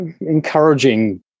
encouraging